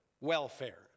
welfare